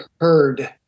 heard